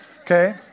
Okay